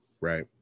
right